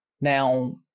Now